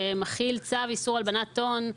שמכיל צו איסור הלבנת הון,